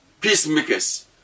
Peacemakers